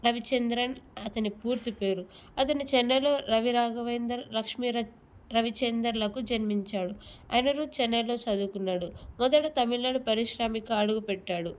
రవిచంద్రన్ అతని పూర్తి పేరు అతను చెన్నైలో రవి రాఘవేందర్ లక్ష్మీ ర రవిచందర్లకు జన్మించాడు అనిరుద్ చెన్నైలో చదువుకున్నాడు మొదట తమిళనాడు పరిశ్రమలో అడుగుపెట్టాడు